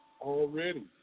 already